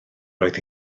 roedd